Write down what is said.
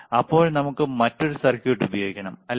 അപ്പോൾ നമുക്ക് മറ്റൊരു സർക്യൂട്ട് ഉപയോഗിക്കണം അല്ലേ